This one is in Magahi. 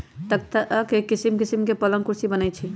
तकख्ता से किशिम किशीम के पलंग कुर्सी बनए छइ